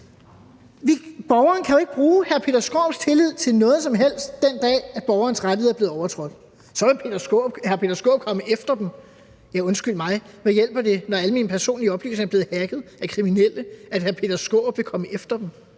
Borgeren kan jo ikke bruge hr. Peter Skaarups tillid til noget som helst den dag, hvor borgerens rettigheder er blevet overtrådt. Så vil hr. Peter Skaarup komme efter dem. Ja, undskyld mig, hvad hjælper det, når alle mine personlige oplysninger er blevet hacket af kriminelle, at hr. Peter Skaarup vil komme efter dem?